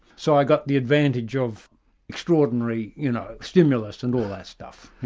so i got the advantage of extraordinary you know stimulus and all that stuff.